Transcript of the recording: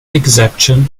exception